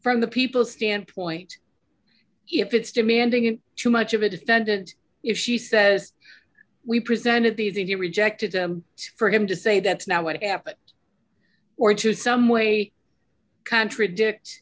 from the people standpoint if it's demanding it too much of a defendant if she says we presented these if you reject it for him to say that's not what happened or to some way contradict